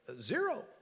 Zero